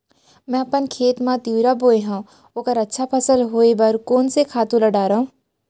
मैं अपन खेत मा तिंवरा बोये हव ओखर अच्छा फसल होये बर कोन से खातू ला डारव?